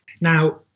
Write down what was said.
Now